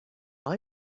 all